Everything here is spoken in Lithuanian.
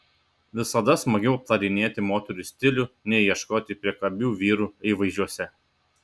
visada smagiau aptarinėti moterų stilių nei ieškoti priekabių vyrų įvaizdžiuose